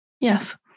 Yes